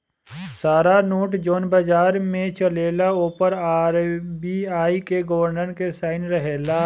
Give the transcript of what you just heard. सारा नोट जवन बाजार में चलेला ओ पर आर.बी.आई के गवर्नर के साइन रहेला